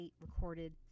recorded